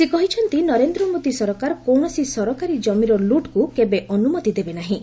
ସେ କହିଛନ୍ତି ନରେନ୍ଦ୍ର ମୋଦି ସରକାର କୌଣସି ସରକାରୀ ଜମିର ଲୁଟ୍କୁ କେବେ ଅନୁମତି ଦେବେ ନାହିଁ